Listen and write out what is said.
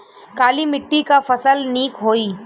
काली मिट्टी क फसल नीक होई?